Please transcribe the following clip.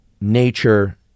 Nature